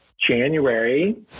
January